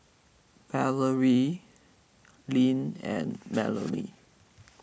Valorie Lynn and Melany